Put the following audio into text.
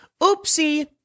Oopsie